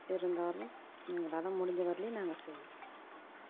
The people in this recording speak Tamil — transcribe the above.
இருந்தாலும் எங்களால் முடிஞ்ச வரையிலையும் நாங்கள் செய்வோம்